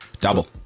Double